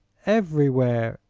everywhere,